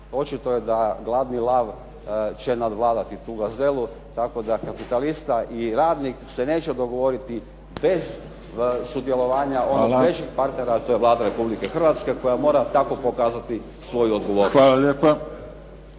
Očito da gladni lav će nadvladati tu gazelu tako da kapitalista i radnik se neće dogovoriti bez sudjelovanje onog trećeg partnera a to je Vlada Republike Hrvatske koja mora tako pokazati svoju odgovornost.